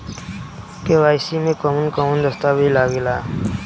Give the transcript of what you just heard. KYC में कवन कवन दस्तावेज लागे ला?